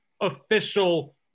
official